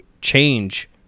change